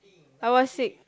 I was sick